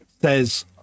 says